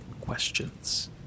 questions